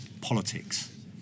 politics